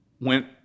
went